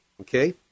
Okay